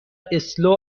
اسلو